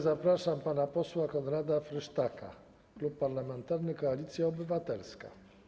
Zapraszam pana posła Konrada Frysztaka, Klub Parlamentarny Koalicja Obywatelska.